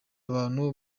abantu